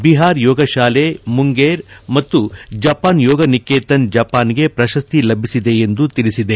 ಬಿಹಾರ್ ಯೋಗ ಶಾಲೆ ಮುಂಗೆರ್ ಮತ್ತು Japan Yoga Niketan Japan ಗೆ ಪ್ರಶಸ್ತಿ ಲಭಿಸಿದೆ ಎಂದು ತಿಳಿಸಿದೆ